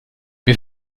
wir